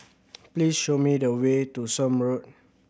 please show me the way to Somme Road